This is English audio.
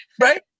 right